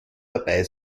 dabei